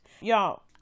Y'all